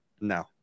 no